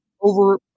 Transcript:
Over